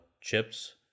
chips